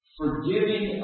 forgiving